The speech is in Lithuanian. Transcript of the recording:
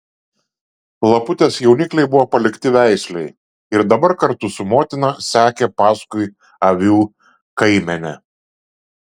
laputės jaunikliai buvo palikti veislei ir dabar kartu su motina sekė paskui avių kaimenę